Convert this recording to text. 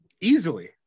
Easily